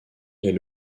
est